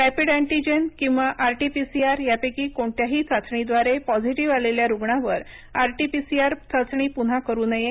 rapid antigen किंवा RTPCR यापैकी कोणत्याही चाचणीद्वारे पॉझिटीव आलेल्या रुग्णावर आरटीपीसीआर चाचणी पुन्हा करु नये